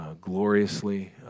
gloriously